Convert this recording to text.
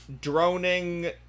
droning